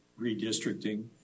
redistricting